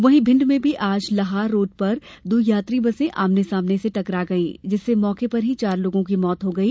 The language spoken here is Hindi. वहीं भिण्ड में भी आज लाहार रोड पर दो यात्री बसें आमने सामने से टकरा गई जिससे मौके पर ही चार लोगों की मौत हो गई